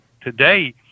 today